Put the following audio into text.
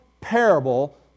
parable